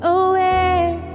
aware